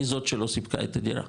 היא זאת שלא סיפקה את הדירה.